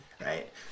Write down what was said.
right